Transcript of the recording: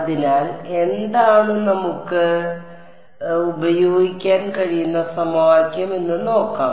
അതിനാൽ എന്താണ് നമുക്ക് ഉപയോഗിക്കാൻ കഴിയുന്ന സമവാക്യം എന്ന് നോക്കാം